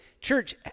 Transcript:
church